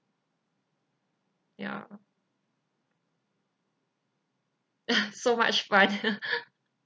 ya so much fun